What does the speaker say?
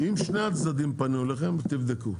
אם שני הצדדים פנו אליכם, תבדקו.